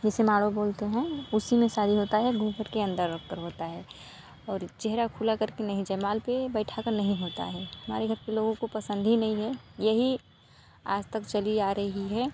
जैसे माड़ो बोलते हैं उसी में शादी होता है घूंघट के अंदर रख कर होता है और चेहरा खुला करके नहीं जमाल पर बैठा कर नहीं होता है हमारे घर के लोगों को पसंद ही नहीं है यही आज तक चली आ रही है